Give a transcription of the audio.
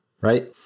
right